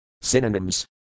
Synonyms